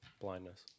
blindness